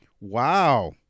Wow